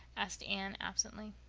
asked anne absently.